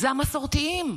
זה המסורתיים.